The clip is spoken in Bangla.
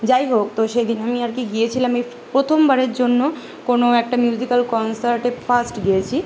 যাই হোক তো সেদিন আমি আর কি গিয়েছিলাম এই প্রথমবারের জন্য কোনো একটা মিউজিক্যাল কনসার্টে ফার্স্ট গিয়েছি